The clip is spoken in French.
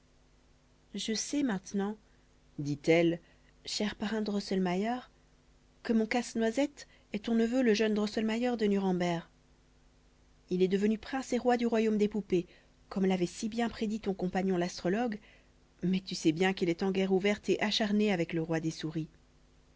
je sais maintenant dit-elle cher parrain drosselmayer que mon casse-noisette est ton neveu le jeune drosselmayer de nuremberg il est devenu prince et roi du royaume des poupées comme l'avait si bien prédit ton compagnon l'astrologue mais tu sais bien qu'il est en guerre ouverte et acharnée avec le roi des souris